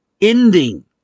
ending